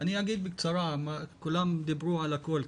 אני אתייחס בקצרה, כולם כאן דיברו על הכול.